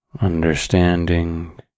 understanding